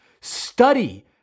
Study